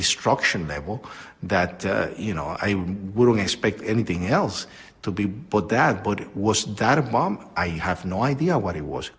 destruction that will that you know i don't expect anything else to be but that body was that a bomb i have no idea what he was